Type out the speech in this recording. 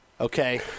Okay